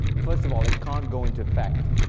first of all, it can't go into effect,